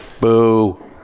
Boo